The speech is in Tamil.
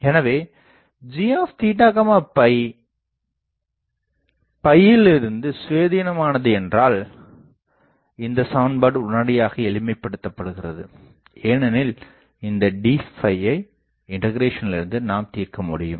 எனவே g இலிருந்து சுயாதீனமானது என்றால் இந்தச் சமன்பாடு உடனடியாக எளிமைப்படுத்தப்படுகிறது ஏனெனில் இந்த d யை இண்டகிறேசனிலிருந்து நாம் தீர்க்க முடியும்